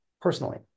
personally